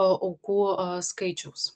aukų skaičiaus